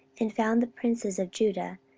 and found the princes of judah,